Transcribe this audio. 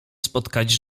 spotkać